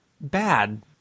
bad